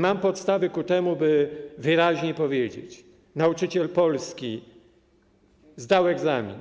Mam podstawy ku temu, by wyraźnie powiedzieć: nauczyciel polski zdał egzamin,